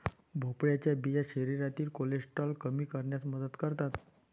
भोपळ्याच्या बिया शरीरातील कोलेस्टेरॉल कमी करण्यास मदत करतात